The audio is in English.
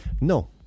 No